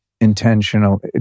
Intentional